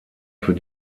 für